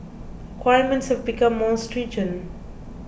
requirements become more stringent